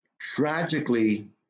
Tragically